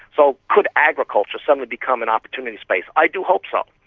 so could agriculture suddenly become an opportunity space? i do hope so.